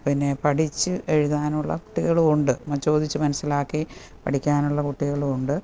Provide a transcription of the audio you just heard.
പിന്നെ പഠിച്ച് എഴുതുവാനുള്ള കുട്ടികളുമുണ്ട് ചോദിച്ചു മനസ്സിലാക്കി പഠിക്കാനുള്ള കുട്ടികളുമുണ്ട്